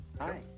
hi